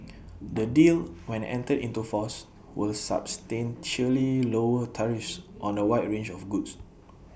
the deal when entered into force will substantially lower tariffs on A wide range of goods